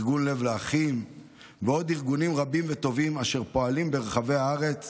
ארגון לב לאחים ועוד ארגונים רבים וטובים אשר פועלים ברחבי הארץ